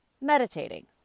meditating